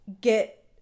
get